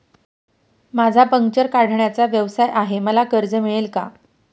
माझा पंक्चर काढण्याचा व्यवसाय आहे मला कर्ज मिळेल का?